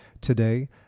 today